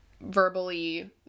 verbally